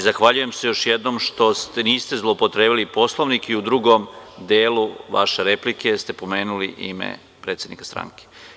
Zahvaljujem se još jednom što niste zloupotrebili Poslovnik i u drugom delu vaše replike ste pomenuli ime predsednika stranke.